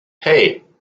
hey